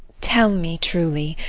tell me truly,